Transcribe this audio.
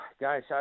guys